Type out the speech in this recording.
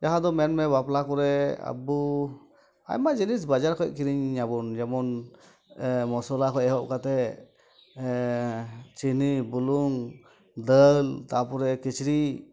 ᱡᱟᱦᱟᱸ ᱫᱚ ᱢᱮᱱᱢᱮ ᱵᱟᱯᱞᱟ ᱠᱚᱨᱮ ᱟᱵᱚ ᱟᱭᱢᱟ ᱡᱤᱱᱤᱥ ᱵᱟᱡᱟᱨ ᱠᱷᱚᱡ ᱠᱤᱨᱤᱧᱟᱵᱚᱱ ᱡᱮᱢᱚᱱ ᱮᱻ ᱢᱚᱥᱚᱞᱟ ᱠᱷᱚᱡ ᱮᱦᱚᱵ ᱠᱟᱛᱮ ᱪᱤᱱᱤ ᱵᱩᱞᱩᱝ ᱫᱟᱹᱞ ᱛᱟᱯᱚᱨᱮ ᱠᱤᱪᱨᱤᱜ